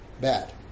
bad